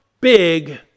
big